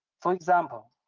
for example,